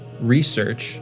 research